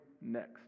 next